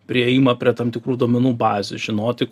priėjimą prie tam tikrų duomenų bazių žinoti